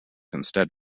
instead